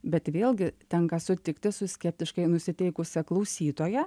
bet vėlgi tenka sutikti su skeptiškai nusiteikusia klausytoja